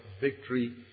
victory